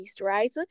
right